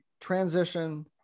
transition